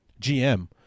GM